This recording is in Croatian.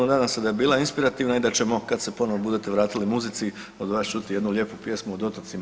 Nadam se da je bila inspirativna i da ćemo kad se ponovo budete vratili muzici od vas čuti jednu lijepu pjesmu o otocima.